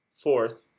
Fourth